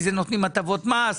פחות רווחה,